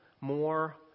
more